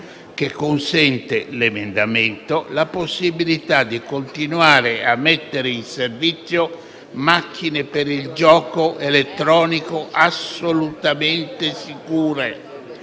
e consente la possibilità di continuare a mettere in servizio macchine per il gioco elettronico assolutamente sicure